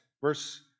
Verse